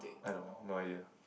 I don't know no idea